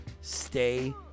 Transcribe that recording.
Stay